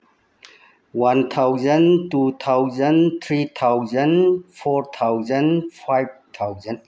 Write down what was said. one thousand two thousand three thousand four thousand five thousand